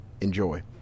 Enjoy